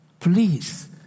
Please